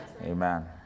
Amen